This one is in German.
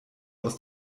aus